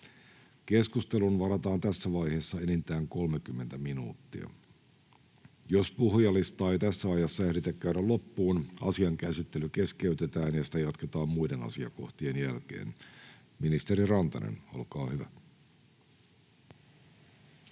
Keskusteluun varataan tässä vaiheessa enintään 30 minuuttia. Jos puhujalistaa ei tässä ajassa ehditä käydä loppuun, asian käsittely keskeytetään ja sitä jatketaan muiden asiakohtien jälkeen. — Ministeri Rantanen, olkaa hyvä.